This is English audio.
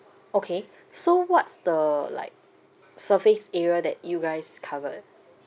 okay so what's the like surface area that you guys covered